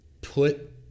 put